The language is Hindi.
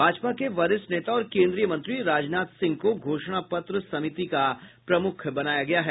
भाजपा के वरिष्ठ नेता और केन्द्रीय मंत्री राजनाथ सिंह को घोषणा पत्र समिति का प्रमुख बनाया गया है